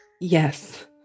Yes